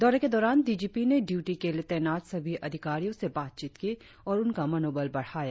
दौरे के दौरान डी जी पी ने ड्यूटी के लिए तैनात सभी अधिकारियों से बातचीत की और उनका मनोबल बढ़ाया